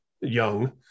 young